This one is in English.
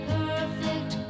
perfect